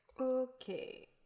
Okay